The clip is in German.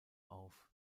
auf